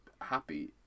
happy